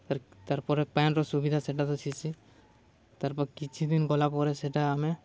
ତାର୍ ପରେ ପାନ୍ର ସୁବିଧା ସେଟା ତ ଥିସି ତାର୍ପରେ କିଛିଦିନ ଗଲା ପରେ ସେଟା ଆମେ